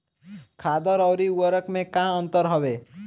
खादर अवरी उर्वरक मैं का अंतर हवे?